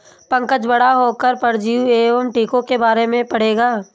पंकज बड़ा होकर परजीवी एवं टीकों के बारे में पढ़ेगा